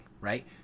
right